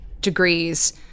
degrees